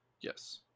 Yes